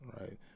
Right